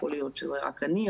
יכול להיות שרק אני,